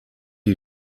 you